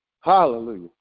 Hallelujah